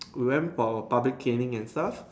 we went for public canning and stuff